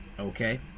Okay